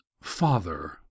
father